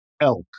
Elk